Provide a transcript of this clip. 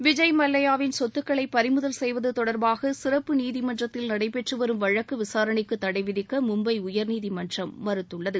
விஜய் மல்லையாவின் சொத்துக்களை பறிமுதல் செய்வது தொடர்பாக சிறப்பு நீதிமன்றத்தில் நடைபெற்று வரும் வழக்கு விசாரணைக்கு தடை விதிக்க மும்பை உயர்நீதிமன்றம் மறுத்துள்ளது